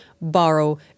borrow